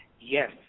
Yes